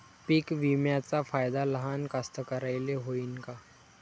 पीक विम्याचा फायदा लहान कास्तकाराइले होईन का?